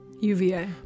UVA